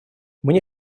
мне